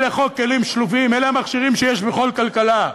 זה חוק כלים שלובים, אלה המכשירים שיש לכל כלכלה.